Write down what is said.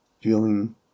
feeling